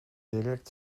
direkt